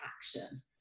action